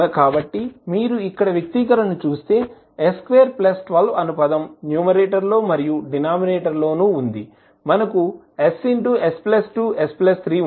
కాబట్టి మీరు ఇక్కడ వ్యక్తీకరణను చూస్తే s212 అను పదము న్యూమరేటర్లో మరియు డినామినేటర్ లోను ఉంది మనకు s s 2 s 3 ఉంది